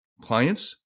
clients